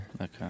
Okay